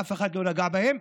ואף אחד לא נגע בהם.